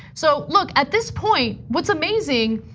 so look, at this point what's amazing,